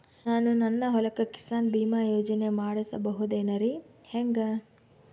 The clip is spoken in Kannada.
ನಾನು ನನ್ನ ಹೊಲಕ್ಕ ಕಿಸಾನ್ ಬೀಮಾ ಯೋಜನೆ ಮಾಡಸ ಬಹುದೇನರಿ ಹೆಂಗ?